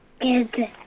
Good